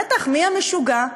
בטח, מי המשוגע?